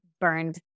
burned